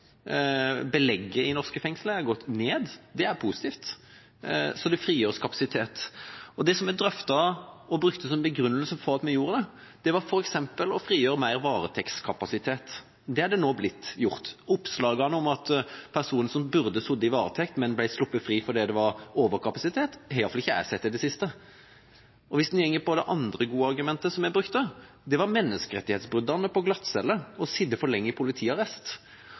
Belegget i norske fengsler har gått ned, og det er positivt, så det frigjøres kapasitet. Det som vi drøftet, og brukte som begrunnelse for at vi gjorde det, var f.eks. å frigjøre mer varetektskapasitet. Det er nå blitt gjort. Oppslagene om at personer som burde ha sittet i varetekt, men som ble sluppet fri fordi det var overkapasitet, har iallfall ikke jeg sett i det siste. Det andre gode argumentet som vi brukte, var menneskerettighetsbruddene i forbindelse med glattcelle, å sitte for lenge i politiarrest.